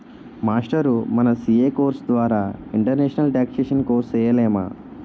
మాస్టారూ మన CA course ద్వారా ఇంటర్నేషనల్ టేక్సేషన్ కోర్సు సేయలేమా